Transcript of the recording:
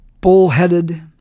bullheaded